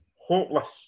hopeless